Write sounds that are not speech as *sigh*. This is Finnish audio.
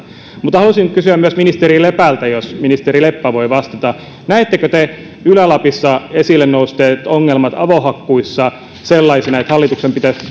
haluaisin kysyä myös ministeri lepältä jos ministeri leppä voi vastata näettekö te ylä lapissa esille nousseet ongelmat avohakkuissa sellaisina että hallituksen pitäisi *unintelligible*